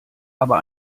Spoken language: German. aber